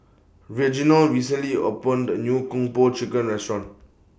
Reginal recently opened A New Kung Po Chicken Restaurant